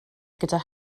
gyda